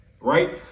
Right